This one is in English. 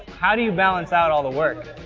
how do you balance out all the work?